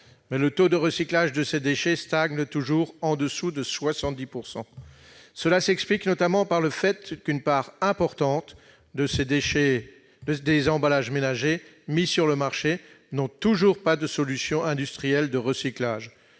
mais le taux de recyclage de ces déchets stagne toujours en dessous de 70 %. Cela s'explique notamment par le fait qu'une part importante des emballages ménagers mis sur le marché n'a toujours pas de solution industrielle de recyclage-